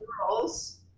girls